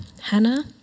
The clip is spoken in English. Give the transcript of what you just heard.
Hannah